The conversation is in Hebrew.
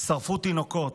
שרפו תינוקות,